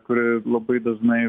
kuri labai dažnai